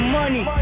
money